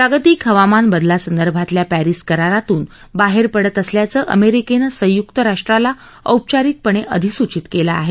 जागतिक हवामान बदलासंदर्भातल्या पॅरिस करारातून बाहेर पडत असल्याचं अमेरिकेनं संय्क्त राष्ट्राला औपचारिकपणे अधिसूचित केलं आहे